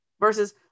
versus